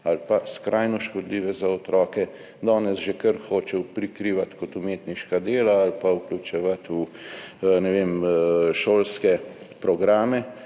ali pa skrajno škodljive za otroke, danes že kar hoče prikrivati kot umetniška dela ali pa vključevati v, ne vem, šolske programe.